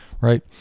right